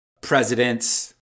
presidents